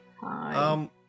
Hi